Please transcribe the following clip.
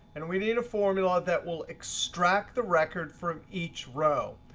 and we need a formula that will extract the record from each row.